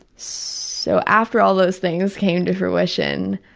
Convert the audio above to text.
so after all those things came to fruition,